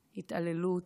התעללות,